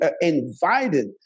invited